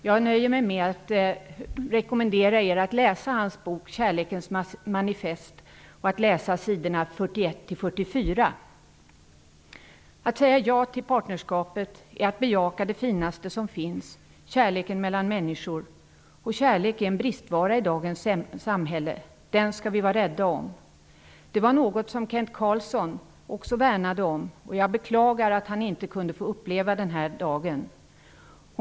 Jag nöjer mig med att rekommendera er att läsa s. Att säga ja till partnerskapslagen är att bejaka det finaste som finns: kärleken mellan människor. Kärlek är en bristvara i dagens samhälle. Den skall vi vara rädda om. Detta var något som Kent Carlsson också värnade om. Jag beklagar att han inte kunde få uppleva den här dagen.